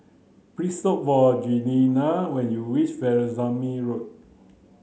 please look for Jenelle when you reach Veerasamy Road